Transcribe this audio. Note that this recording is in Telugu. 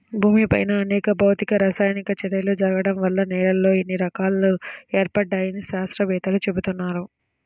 భూమిపైన అనేక భౌతిక, రసాయనిక చర్యలు జరగడం వల్ల నేలల్లో ఇన్ని రకాలు ఏర్పడ్డాయని శాత్రవేత్తలు చెబుతున్నారు